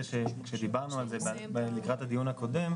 שכאשר דיברנו על זה לקראת הדיון הקודם,